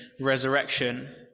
resurrection